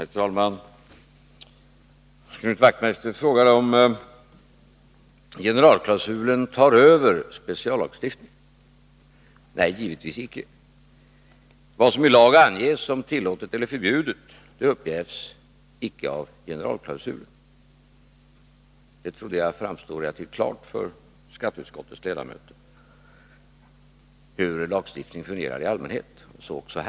> Herr talman! Knut Wachtmeister frågade om generalklausulen tar över peciallagstiftningen om förskottsräntor. Nej, givetvis icke. Vad som i lag nges som tillåtet eller förbjudet upphävs icke av generalklausulen. Jag trodde det stod klart för skatteutskottets ledamöter hur lagstiftningen i allmänhet fungerar och så även här.